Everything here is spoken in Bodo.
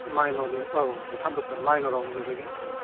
मायन'रनि औ जिथाम बोसोर औ मायन'रावनो गोग्लैगोन